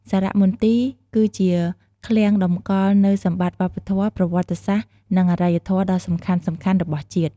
សារមន្ទីរគឺជា ឃ្លាំងតម្កល់នូវសម្បត្តិវប្បធម៌ ប្រវត្តិសាស្ត្រ និងអរិយធម៌ដ៏សំខាន់ៗរបស់ជាតិ។